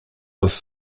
was